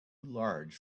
large